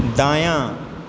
दायाँ